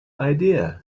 idea